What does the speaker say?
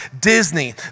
Disney